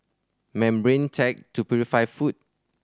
membrane tech to purify food